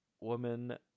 woman